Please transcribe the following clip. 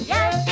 Yes